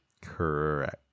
Correct